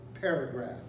paragraph